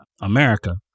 America